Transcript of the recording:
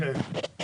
כן.